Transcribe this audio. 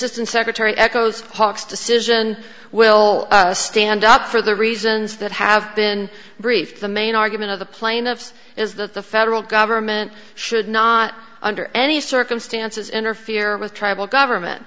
and secretary echoes hawke's decision will stand up for the reasons that have been brief the main argument of the plaintiffs is that the federal government should not under any circumstances interfere with tribal government